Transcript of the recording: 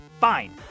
Fine